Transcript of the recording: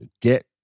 get